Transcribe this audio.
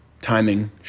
timing